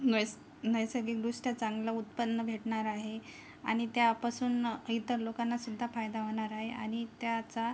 नैस नैसर्गिकदृष्ट्या चांगलं उत्पन्न भेटणार आहे आणि त्यापासून इतर लोकांना सुद्धा फायदा होणार आहे आणि त्याचा